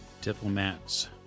Diplomat's